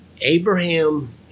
Abraham